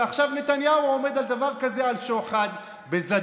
ועכשיו נתניהו עומד על דבר כזה על שוחד בזדון,